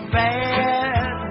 bad